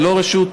לא רשות,